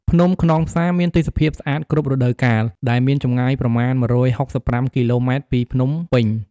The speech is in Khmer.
ភ្នំខ្នងផ្សា មានទេសភាពស្អាតគ្រប់រដូវកាល ដែលមានចម្ងាយប្រមាណ១៦៥គីឡូម៉ែត្រពីភ្នំពេញ។